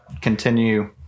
continue